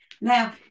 Now